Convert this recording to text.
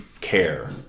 care